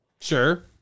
Sure